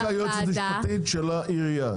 -- רק היועצת המשפטית של העירייה.